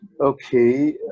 Okay